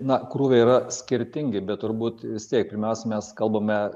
na krūviai yra skirtingi bet turbūt vis tiek pirmiausia mes kalbame